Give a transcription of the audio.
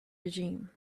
regime